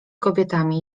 kobietami